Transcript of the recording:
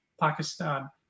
Pakistan